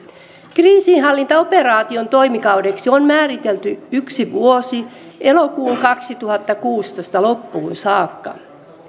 kriisinhallintaoperaation toimikaudeksi on määritelty yksi vuosi elokuun kaksituhattakuusitoista loppuun saakka